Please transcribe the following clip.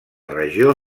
regió